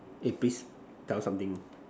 eh please tell something